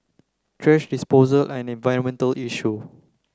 thrash disposal an environmental issue